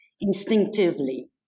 instinctively